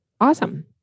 Awesome